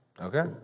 Okay